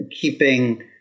keeping